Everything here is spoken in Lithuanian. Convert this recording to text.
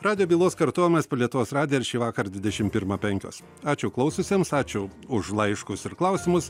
radijo bylos kartojimas per lietuvos radiją ir šįvakar dvidešim pirmą penkios ačiū klausiusiems ačiū už laiškus ir klausimus